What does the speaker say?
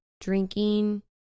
drinking